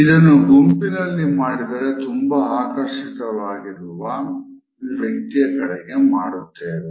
ಇದನ್ನು ಗುಂಪಿನಲ್ಲಿ ಮಾಡಿದರೆ ತುಂಬಾ ಆಕರ್ಷಿತರಾಗಿರುವ ವ್ಯಕ್ತಿಯ ಕಡೆಗೆ ಮಾಡುತ್ತೇವೆ